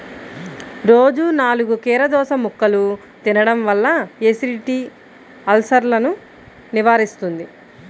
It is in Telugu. రోజూ నాలుగు కీరదోసముక్కలు తినడం వల్ల ఎసిడిటీ, అల్సర్సను నివారిస్తుంది